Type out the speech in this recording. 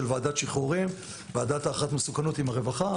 ועדת שחרורים של ועדת הערכת מסוכנות יחד עם הרווחה.